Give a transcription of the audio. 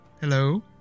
Hello